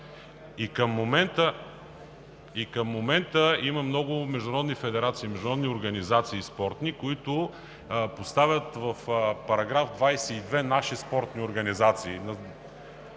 Към момента има много международни федерации, международни спортни организации, които поставят в § 22 наши спортни организации.